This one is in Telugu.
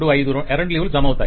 25 ఎరండు లీవ్ లు జమ అవుతాయి